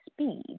speed